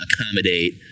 accommodate